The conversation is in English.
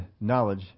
knowledge